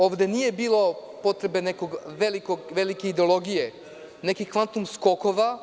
Ovde nije bilo potrebe za nekom velikom ideologijom, nekih kvantum skokova.